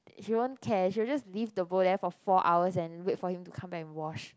she won't care she will just leave the bowl there for four hours and wait for him to come back and wash